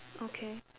okay